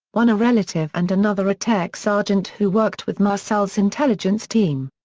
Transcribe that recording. one a relative and another a tech sergeant who worked with marcel's intelligence team.